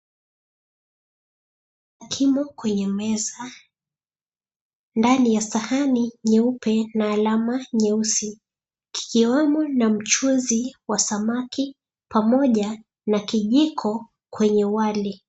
Kimo kwenye meza ndani ya sahani nyeupe na alama nyeusi, kikiwemo na mchuzi wa samaki pamoja na kijiko kwenye wali.